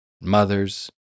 mothers